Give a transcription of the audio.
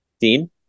Dean